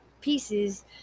pieces